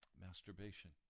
masturbation